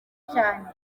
cyane